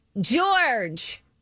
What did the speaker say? George